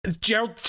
Gerald